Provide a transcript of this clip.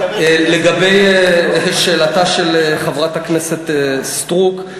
לגבי שאלתה של חברת הכנסת סטרוק,